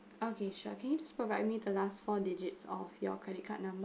okay sure can you just provide me the last four digits of your credit card number